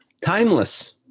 timeless